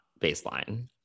baseline